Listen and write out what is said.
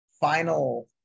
final